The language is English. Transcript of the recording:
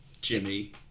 Jimmy